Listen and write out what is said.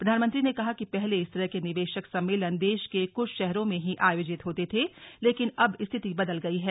प्रधानमंत्री ने कहा कि पहले इस तरह के निवेशक सम्मेलन देश के कुछ शहरों मे ही आयोजित होते थे लेकिन अब स्थिति बदल गई है